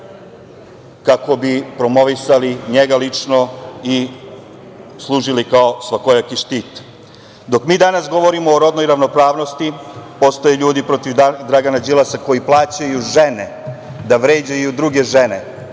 kako bi promovisali njega lično i služili kao svakojaki štit. Dok mi danas govorimo o rodnoj ravnopravnosti postoje ljudi protiv Dragana Đilasa koji plaćaju žene da vređaju druge žene